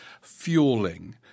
fueling